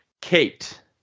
Kate